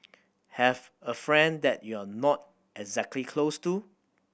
have a friend that you're not exactly close to